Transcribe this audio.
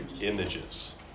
images